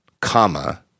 comma